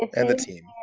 um and the team, ah